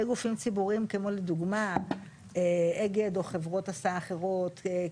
גופים ציבוריים כמו לדוגמה אגד או חברות הסעה אחרות,